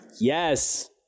Yes